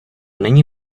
není